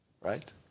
right